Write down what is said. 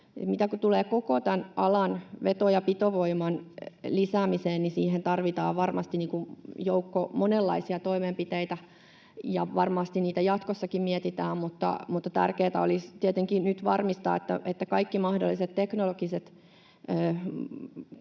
Mitä tulee koko tämän alan veto- ja pitovoiman lisäämiseen, siihen tarvitaan varmasti joukko monenlaisia toimenpiteitä, ja varmasti niitä jatkossakin mietitään, mutta tärkeätä olisi tietenkin nyt varmistaa, että otetaan käyttöön uuden teknologian